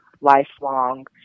lifelong